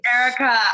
Erica